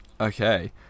okay